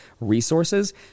resources